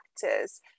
factors